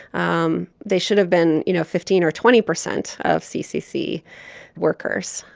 um they should have been, you know, fifteen or twenty percent of ccc workers.